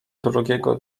drugiego